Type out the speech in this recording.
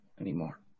anymore